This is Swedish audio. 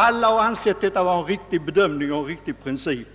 Alla har ansett detta vara en riktig bedömning och en riktig princip.